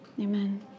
amen